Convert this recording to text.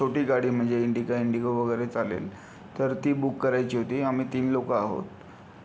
छोटी गाडी म्हणजे इंडिका इंडिगो वगैरे चालेल तर ती बुक करायची होती आम्ही तीन लोकं आहोत